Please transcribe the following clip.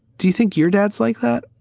do you think your dad's like that?